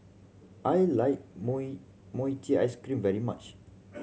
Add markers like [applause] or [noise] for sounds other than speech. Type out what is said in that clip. I like [unintelligible] mochi ice cream very much